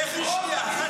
איך שנייה?